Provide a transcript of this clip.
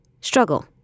struggle